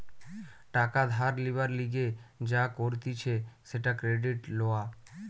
টাকা ধার লিবার লিগে যা করতিছে সেটা ক্রেডিট লওয়া